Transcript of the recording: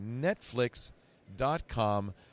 Netflix.com